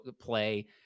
play